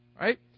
Right